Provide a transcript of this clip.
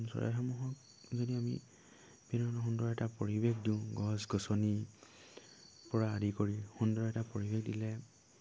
চৰাইসমূহক যদি আমি বিভিন্ন ধৰণৰ সুন্দৰ এটা পৰিৱেশ দিওঁ গছ গছনি পৰা আদি কৰি সুন্দৰ এটা পৰিৱেশ দিলে